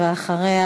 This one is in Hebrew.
ואחריה,